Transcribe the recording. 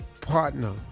partner